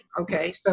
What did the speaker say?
okay